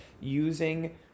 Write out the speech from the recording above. using